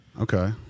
Okay